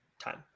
Time